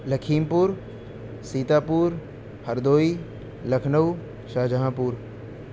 لکھیم پور سیتاپور ہردوئی لکھنؤ شاہجہانپور